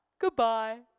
goodbye